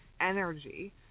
energy